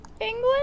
England